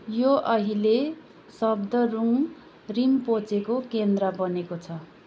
यो अहिले शब्दरुङ रिम्पोचेको केन्द्र बनेको छ